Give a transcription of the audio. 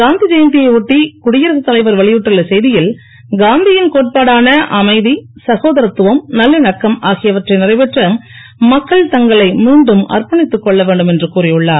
காந்திஜெயந்தியை ஒட்டி குடியரக தலைவர் வெளியிட்டுள்ள செய்தியில் காந்தியின் கோட்பாடாள அமைதி சகோதரத்துவம் நல்லிணக்கம் ஆகியவற்றை நிறைவேற்ற மக்கள் தங்களை மீண்டும் அர்ப்பணித்துக் கொள்ள வேண்டும் என்று கூறி உள்ளார்